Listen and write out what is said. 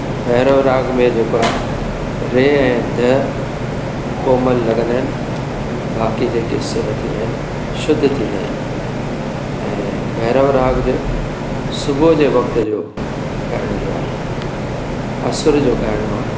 भैरव राग में जेको आहे रे ऐं ध कोमल लॻंदा आहिनि बाकी जेके सुर थींदा आहिनि शुद्ध थींदा आहिनि ऐं भैरव राग सुबुह जे वक़्त जो ॻाइण जो आहे असुर जो ॻाइणो आहे